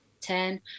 Ten